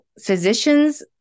physician's